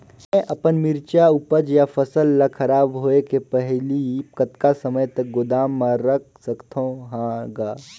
मैं अपन मिरचा ऊपज या फसल ला खराब होय के पहेली कतका समय तक गोदाम म रख सकथ हान ग?